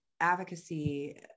advocacy